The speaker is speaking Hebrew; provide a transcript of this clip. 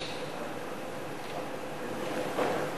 בעד הצביעו חמישה, לא היו מתנגדים ולא היו